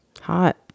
Hot